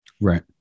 Right